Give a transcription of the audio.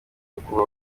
ukuba